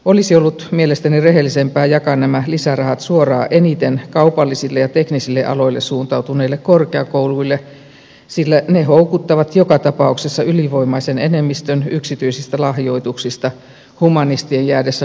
olisi ollut mielestäni rehellisempää jakaa nämä lisärahat suoraan eniten kaupallisille ja teknisille aloille suuntautuneille korkeakouluille sillä ne houkuttavat joka tapauksessa ylivoimaisen enemmistön yksityisistä lahjoituksista humanistien jäädessä mopen osille